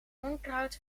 onkruid